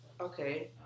Okay